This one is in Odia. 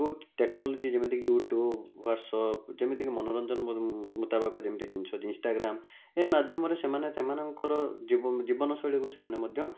କୁ ଟେକ୍ନୋଲୋଜି ଯେମିତି କି ୟୁଟ୍ୟୁବ୍ ୱାଟସ୍ଅପ୍ ଯେମିତି କି ମନୋରଞ୍ଜନ ମୁତାବକ ଯେମିତି ଜିନିଷ ଇନଷ୍ଟାଗ୍ରାମ୍ ଏ ମାଧ୍ୟମରେ ସେମାନେ ସେମାନଙ୍କର ଜୀବନଶୈଳୀକୁ ସେମାନେ ମଧ୍ୟ